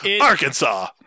arkansas